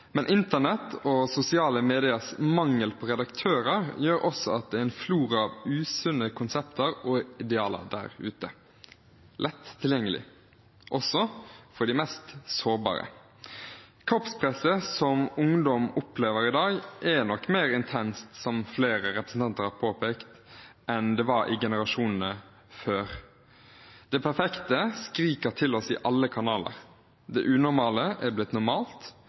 Men internett og sosiale mediers mangel på redaktører gjør også at det er en flora av usunne konsepter og idealer der ute – lett tilgjengelig, også for de mest sårbare. Kroppspresset som ungdom opplever i dag, er nok mer intenst, som flere representanter har påpekt, enn det var i generasjonene før. Det perfekte skriker mot oss i alle kanaler. Det unormale er blitt normalt,